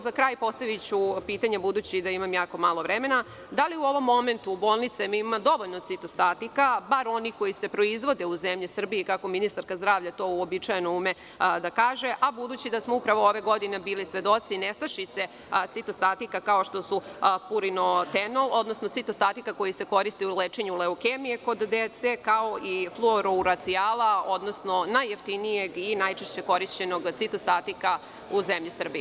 Za kraj, postaviću pitanje, budući da imam veoma malo vremena, da li u ovom momentu u bolnicama ima dovoljno citostatika, bar onih koji se proizvode u zemlji Srbiji, kako ministarka zdravlja to uobičajeno ume da kaže, a budući da smo upravo ove godine bili svedoci nestašice citostatika kao što su „purinethol“, odnosno citostatika koji se koriste u lečenju leukemije kod dece, kao i „fluorouracijala“, odnosno najjeftinijeg i najčešće korišćenog citostatika u zemlji Srbiji.